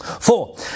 Four